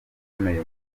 ukomeye